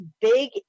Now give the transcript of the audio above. big